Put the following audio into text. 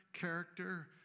character